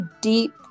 deep